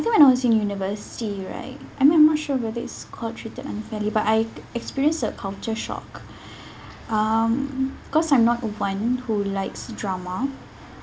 I think when I was in university right I mean I'm not sure whether it's called treated unfairly but I experience a culture shock um because I'm not one who likes drama